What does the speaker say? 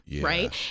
right